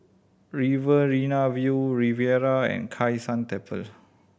Riverina View Riviera and Kai San Temple